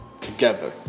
together